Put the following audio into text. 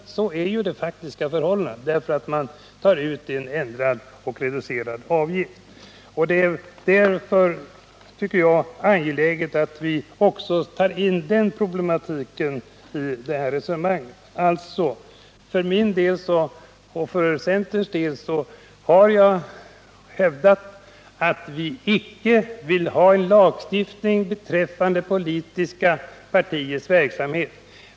Det blir faktiskt förhållandet genom att man tar ut en eventuellt reducerad avgift. Det är angeläget att också föra in den problematiken i sammanhanget. Jag och centerpartiet har hävdat att vi icke vill ha en lagstiftning beträffande politiska partiers verksamhet.